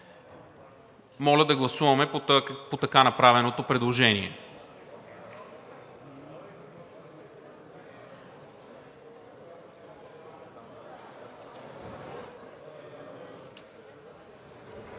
Моля да гласуваме по така направеното предложение.